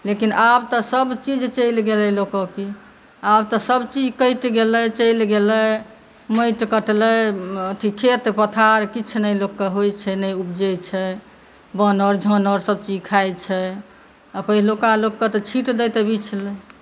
लेकिन आब तऽ सब चीज चलि गेलै लोकके आब तऽ सब चीज कटि गेलै चलि गेलै माटि कटलै अथी खेत पथार किछु नहि लोकके होइ छै नहि उपजै छै बानर झानर सब चीज खाइ छै पहिलुका लोकके तऽ छीटि दै तऽ बिछि लै